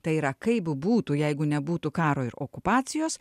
tai yra kaip būtų jeigu nebūtų karo ir okupacijos